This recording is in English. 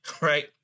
right